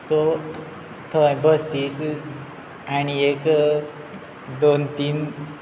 so थंय बसीच आनी एक दोन तीन